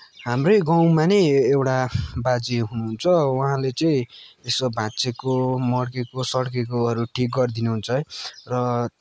हाम्रै गाउँमा नै एउटा बाजे हुनुहुन्छ उहाँले चाहिँ यसो भाँच्चिएको मड्केको सड्केकोहरू ठिक गरिदिनुहुन्छ है र